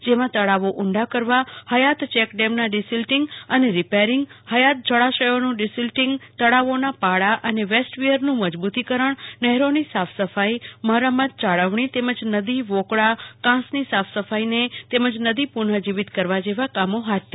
જેમાં તળાવો ઉંડા કરવા હયાત ચેક ડેમના ડિસીલ્ટીંગ અને રિપેરીંગ હયાત જળાશયોનુ ઢિસીલ્ટીંગ તળાવોના પાળા અને વેસ્ટ વિયરનું મજબુતી કરણ નહેરોની સાફ સફાઈ મરામત જાળવણો તેમજ નદી વોકળા કાંસનો સાફસફાઈને નદી પુનઃજીવીત કરવા જેવા કામ હાથ ધરાય છે